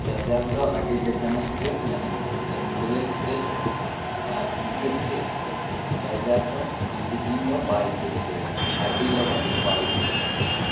charger ᱫᱚ ᱟᱹᱰᱤ ᱞᱮᱠᱟᱱᱟᱜ ᱜᱤ ᱢᱮᱱᱟᱜᱼᱟ ᱮᱱᱰᱨᱚᱭᱮᱰ ᱥᱮᱴ ᱟᱨ ᱠᱤᱯᱮᱰ ᱥᱮᱴ ᱪᱟᱨᱡᱟᱨ ᱫᱚ ᱵᱮᱥᱤ ᱫᱤᱱ ᱫᱚ ᱵᱟᱭ ᱴᱮᱠᱥᱚᱭᱟ ᱟ ᱰᱤ ᱞᱚᱜᱚᱱ ᱵᱟᱲᱤᱡᱚᱜᱼᱟ